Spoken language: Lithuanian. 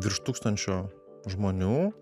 virš tūkstančio žmonių